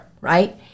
Right